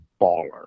baller